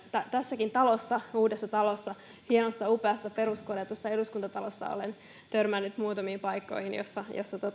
tässäkin uudessa talossa hienossa upeassa peruskorjatussa eduskuntatalossa olen törmännyt muutamiin paikkoihin joissa joissa